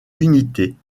unités